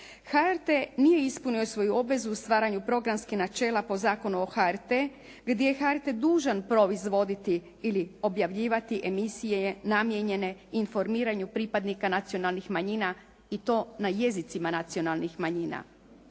HRT nije ispunio svoju obvezu u stvaranju programskih načela po Zakonu o HRT, gdje je HRT dužan proizvoditi ili objavljivati emisije namijenjene informiranju pripadnika nacionalnih manjina i to na jezicima nacionalnih manjina.